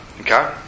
Okay